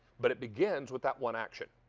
but it begins with that one action.